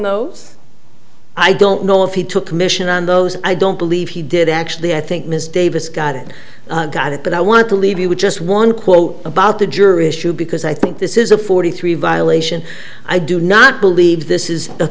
those i don't know if he took commission on those i don't believe he did actually i think ms davis got it got it but i want to leave you with just one quote about the juror issue because i think this is a forty three violation i do not believe this is